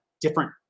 different